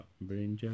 bringer